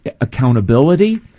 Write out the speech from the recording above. accountability